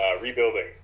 rebuilding